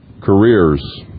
careers